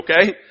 okay